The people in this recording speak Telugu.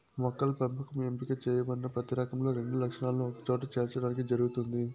మొక్కల పెంపకం ఎంపిక చేయబడిన ప్రతి రకంలో రెండు లక్షణాలను ఒకచోట చేర్చడానికి జరుగుతుంది